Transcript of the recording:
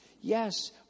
Yes